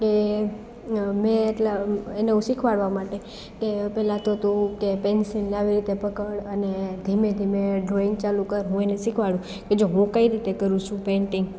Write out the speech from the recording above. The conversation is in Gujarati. કે મેં એટલા એને હું શિખવાડવા માટે કે પહેલાતો તું કે પેન્સિલને આવી રીતે પકડ અને ધીમે ધીમે ડ્રોઈંગ ચાલુ કર એને શિખવાડું કે જો હું કઈ રીતે કરું છું પેંટિંગ